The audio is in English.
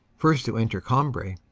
first to enter cambrai,